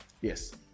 yes